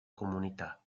comunità